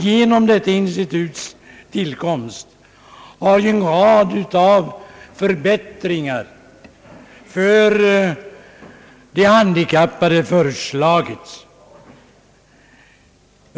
Genom detta instituts tillkomst har en rad förbättringar för de handikappade föreslagits.